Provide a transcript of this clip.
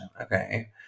okay